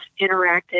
interacted